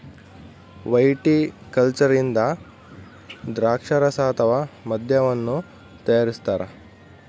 viticulture ಇಂದ ದ್ರಾಕ್ಷಾರಸ ಅಥವಾ ಮದ್ಯವನ್ನು ತಯಾರಿಸ್ತಾರ